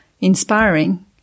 inspiring